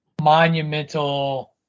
monumental